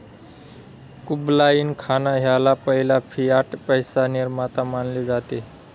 Kublai Khan ह्याला पहिला fiat पैसा निर्माता मानले जाते